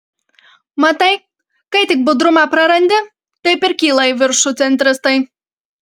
matai kai tik budrumą prarandi taip ir kyla į viršų centristai